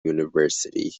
university